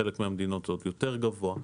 בחלק מהמדינות זה עוד יותר גבוה,